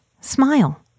SMILE